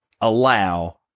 allow